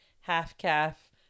half-calf